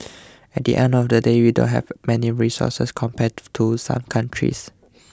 at the end of the day we don't have many resources compared to some countries